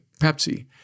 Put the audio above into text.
Pepsi